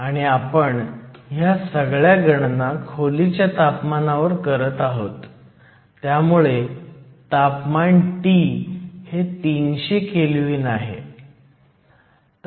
आणि आपण ह्या सगळ्या गणना खोलीच्या तापमानावर करत आहोत त्यामुळे तापमान T हे 300 केल्व्हीन आहे